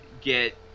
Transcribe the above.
get